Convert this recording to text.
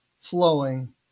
flowing